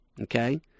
Okay